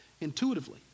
intuitively